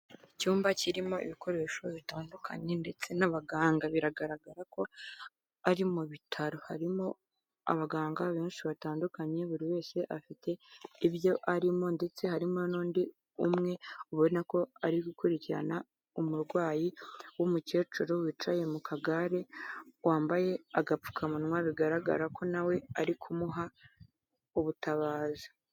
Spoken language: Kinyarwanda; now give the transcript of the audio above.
Icyumba kirimo ibikoresho bitandukanye ndetse n'abaganga, biragaragara ko ari mu bitaro harimo abaganga benshi batandukanye buri wese afite ibyo arimo ndetse harimo n'undi umwe ubona ko ari gukurikirana umurwayi w'umukecuru wicaye mu kagare wambaye agapfukamunwa bigaragara ko nawe ari kumuha ubutabazi.